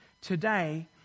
today